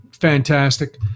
fantastic